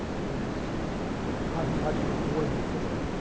in this cosmological coordinate system.